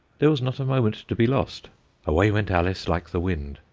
there was not a moment to be lost away went alice like the wind,